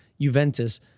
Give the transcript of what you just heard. Juventus